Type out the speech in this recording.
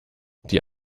die